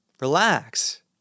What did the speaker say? Relax